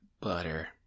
butter